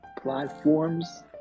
platforms